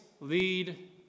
lead